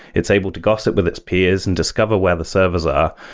it's able to gossip with its peers and discover where the servers are.